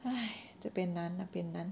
!hais! 这边难那边难